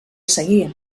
seguia